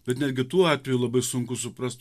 bet netgi tuo atveju labai sunku suprast